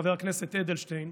חבר הכנסת אדלשטיין,